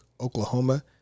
Oklahoma